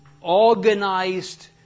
organized